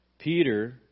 Peter